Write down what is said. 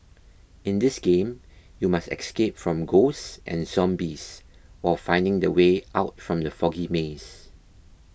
in this game you must escape from ghosts and zombies while finding the way out from the foggy maze